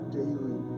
daily